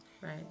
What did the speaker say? Right